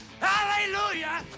Hallelujah